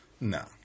No